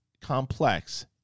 complex